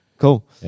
Cool